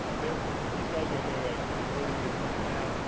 they're, these guys are in their like early to mid twenties now,